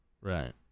Right